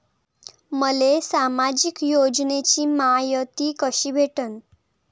मले सामाजिक योजनेची मायती कशी भेटन?